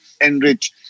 enrich